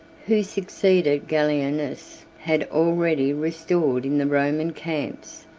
who succeeded gallienus, had already restored in the roman camps.